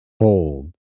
hold